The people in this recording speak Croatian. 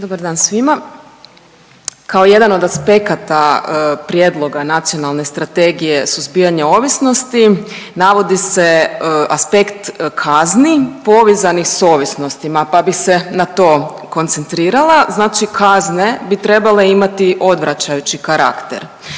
Dobar dan svima. Kao jedan od aspekata prijedloga nacionalne strategije suzbijanja ovisnosti navodi se aspekt kazni povezanih s ovisnostima, pa bih se na to koncentrirala. Znači kazne bi trebale imati odvraćajući karakter.